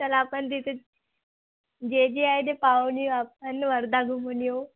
चला आपण तिथे जे जे आहे ते पाहून येऊ आपण वर्धा घुमून येऊ